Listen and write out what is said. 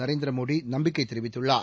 நரேந்திர மோடி நம்பிக்கை தெரிவித்துள்ளார்